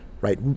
right